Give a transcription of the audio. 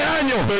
años